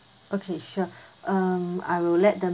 okay sure um I will let the